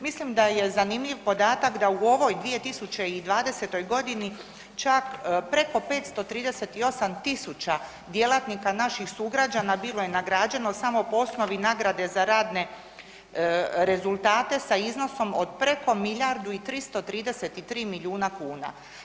Mislim da je zanimljiv podatak da u ovoj 2020. godini čak preko 538.000 djelatnika naših sugrađana bilo je nagrađeno samo po osnovi nagrade za radne rezultate sa iznosom od preko milijardu i 333 milijuna kuna.